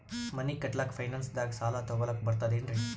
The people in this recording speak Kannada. ಮನಿ ಕಟ್ಲಕ್ಕ ಫೈನಾನ್ಸ್ ದಾಗ ಸಾಲ ತೊಗೊಲಕ ಬರ್ತದೇನ್ರಿ?